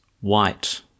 white